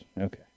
Okay